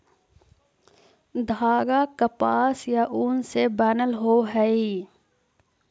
धागा कपास या ऊन से बनल होवऽ हई